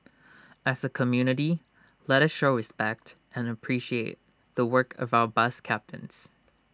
as A community let us show respect and appreciate the work of our bus captains